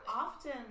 often